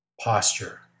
posture